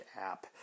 app